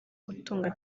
gutunga